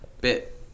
bit